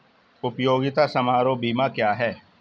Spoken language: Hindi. उपयोगिता समारोह बीमा क्या है?